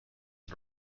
and